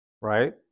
right